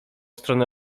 stronę